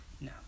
No